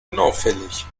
unauffällig